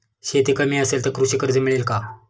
शेती कमी असेल तर कृषी कर्ज मिळेल का?